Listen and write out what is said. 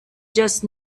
just